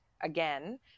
again